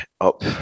up